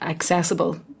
accessible